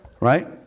Right